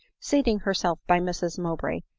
seating herself by mrs mowbray,